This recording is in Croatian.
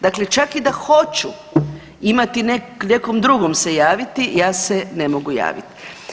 Dakle, čak i da hoću imati nekom drugom se javiti ja se ne mogu javiti.